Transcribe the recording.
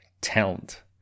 talent